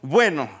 Bueno